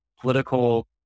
political